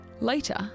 Later